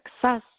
success